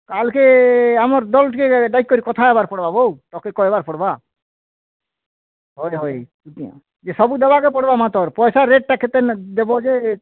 କାଲ୍କେ ଆମର୍ ଦଲ୍ ଟିକେ ଯାଇକରି କଥାହବାର୍ ପଡ଼୍ବା ବୋ ତାଙ୍କେ କହିବାର୍ ପଡ଼୍ବା ହଏ ହଏ ଇ ସବୁ ଦେବାକୁ ପଡ଼ିବ ମାତର୍ ପଇସା ରେଟ୍ କେତେ ଦେବ ଯେ